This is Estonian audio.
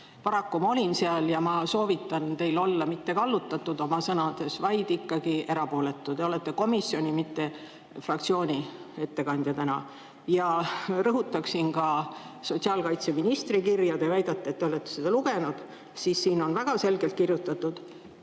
Paraku ma olin seal ja ma soovitan teil olla mitte kallutatud oma sõnades, vaid ikkagi erapooletu. Te olete komisjoni, mitte fraktsiooni ettekandja täna. Rõhutaksin ka sotsiaalkaitseministri kirja. Te väidate, et te olete seda lugenud. Siin on väga selgelt kirjutatud,